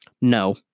No